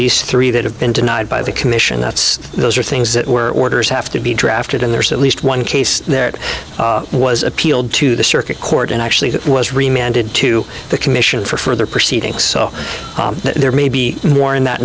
least three that have been denied by the commission that's those are things that were orders have to be drafted and there's at least one case that was appealed to the circuit court and actually was reminded to the commission for further proceedings so there may be more in that